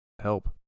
help